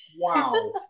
Wow